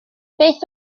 beth